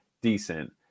decent